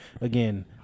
again